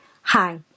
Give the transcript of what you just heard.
Hi